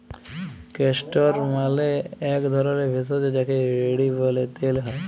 castor মালে এক ধরলের ভেষজ যাকে রেড়ি ব্যলে তেল হ্যয়